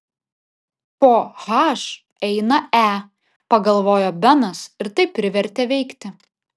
po h eina e pagalvojo benas ir tai privertė veikti